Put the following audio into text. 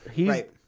Right